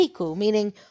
meaning